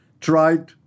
tried